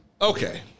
Okay